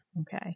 Okay